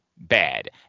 Bad